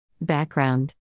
Background